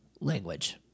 language